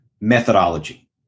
methodology